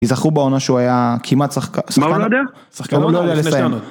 ייזכרו בעונה שהוא היה כמעט שחקן.